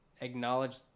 acknowledge